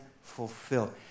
fulfill